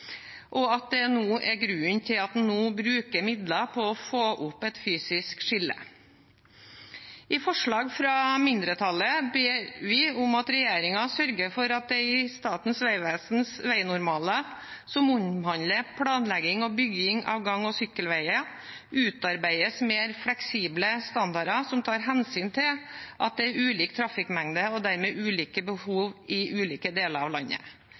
og at det er grunnen til at en nå bruker midler på å få opp et fysisk skille. I forslag nr. 1 fra mindretallet ber vi regjeringen: sørge for at det i Statens vegvesens vegnormaler som omhandler planlegging og bygging av gang- og sykkelveger, utarbeides mer fleksible standarder som tar hensyn til at det er ulik trafikkmengde og dermed ulike behov i ulike deler av landet».